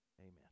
amen